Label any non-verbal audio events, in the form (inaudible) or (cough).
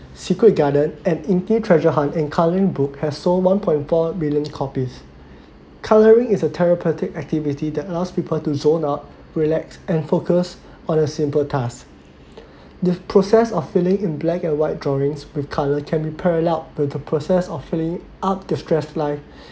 secret garden and inky treasure hunt and coloring book has sold one point four million copies (breath) colouring is a therapeutic activity that allows people to zone out relax and focus on a simple task (breath) the process of filling in black and white drawings with colour can be paralleled with the process of filling up distressed life (breath)